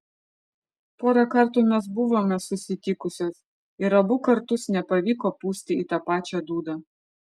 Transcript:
porą kartų mes buvome susitikusios ir abu kartus nepavyko pūsti į tą pačią dūdą